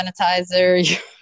sanitizer